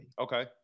Okay